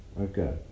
Okay